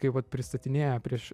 kai vat pristatinėja prieš